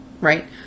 right